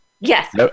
yes